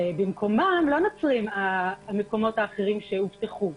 ובמקומם לא נוצרים המקומות האחרים שהובטחו.